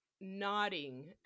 nodding